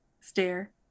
stare